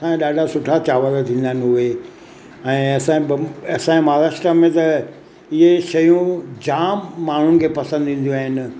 ऐं ॾाढा सुठा चांवर थींदा आहिनि उहे ऐं असांजे बं असांजे महाराष्ट्रा में त इहे शयूं जाम माण्हुनि खे पसंदि ईंदियूं आहिनि